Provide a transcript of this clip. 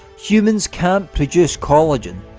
humans can't produce collagen,